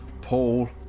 Paul